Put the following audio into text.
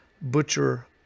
butcher